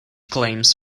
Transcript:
claims